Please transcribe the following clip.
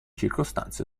circostanze